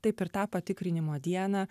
taip ir tą patikrinimo dieną